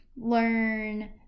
learn